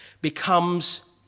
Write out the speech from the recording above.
becomes